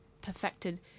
perfected